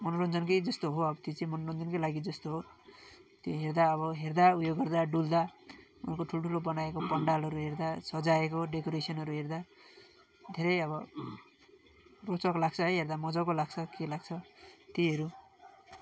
मनोरञ्जनकै जस्तो हो अब त्यो चाहिँ मनोरञ्जनकै लागि जस्तो हो त्यो हेर्दा अब हेर्दा उयो गर्दा डुल्दा उनीहरूको ठुल्ठुलो बनाएको पन्डालहरू हेर्दा सजाएको डेकोरेसनहरू हेर्दा धेरै अब रोचक लाग्छ है हेर्दा मज्जाको लाग्छ के लाग्छ त्यहीहरू